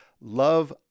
love